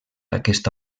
aquesta